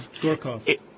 Gorkov